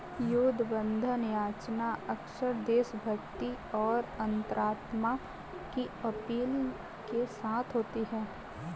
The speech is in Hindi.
युद्ध बंधन याचना अक्सर देशभक्ति और अंतरात्मा की अपील के साथ होती है